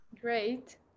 Great